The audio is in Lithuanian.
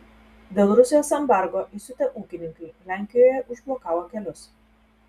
dėl rusijos embargo įsiutę ūkininkai lenkijoje užblokavo kelius